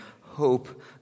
hope